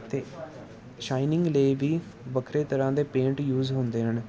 ਅਤੇ ਸ਼ਾਈਨਿੰਗ ਲਈ ਵੀ ਵੱਖਰੇ ਤਰ੍ਹਾਂ ਦੇ ਪੇਂਟ ਯੂਜ ਹੁੰਦੇ ਹਨ